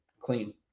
clean